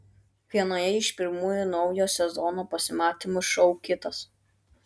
vienoje iš pirmųjų naujo sezono pasimatymų šou kitas